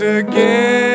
again